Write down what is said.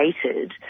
created